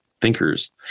thinkers